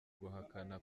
guhakana